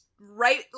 right